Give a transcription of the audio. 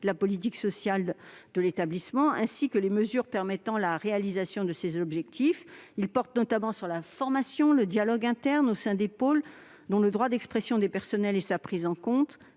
de la politique sociale de l'établissement, ainsi que les mesures permettant la réalisation de ces objectifs. Il porte notamment sur la formation, le dialogue interne au sein des pôles, le droit d'expression des personnels et sa prise en compte,